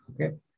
okay